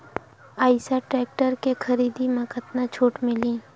Eicher tractor के खरीदी म कतका छूट मिलही?